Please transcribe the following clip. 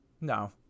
No